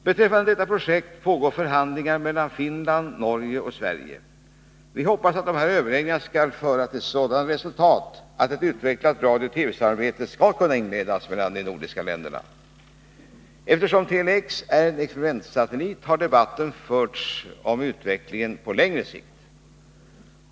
Beträffande detta projekt pågår förhandlingar mellan Finland, Norge och Sverige. Vi hoppas att dessa överläggningar skall föra till sådana resultat att ett utvecklat radiooch TV-samarbete skall kunna inledas mellan de nordiska länderna. Eftersom Tele X är en experimentsatellit har debatten förts om utvecklingen på längre sikt.